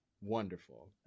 Wonderful